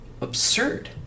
absurd